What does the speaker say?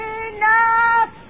enough